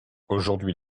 aujourd’hui